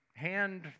hand